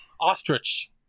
ostrich